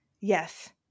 yes